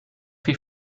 wie